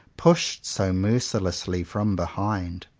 pushed so mercilessly from behind!